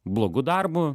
blogu darbu